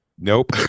Nope